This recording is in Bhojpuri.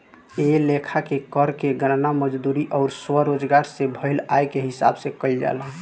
ए लेखा के कर के गणना मजदूरी अउर स्वरोजगार से भईल आय के हिसाब से कईल जाला